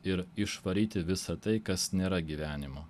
ir išvaryti visa tai kas nėra gyvenimo